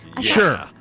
Sure